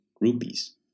rupees